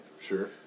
Sure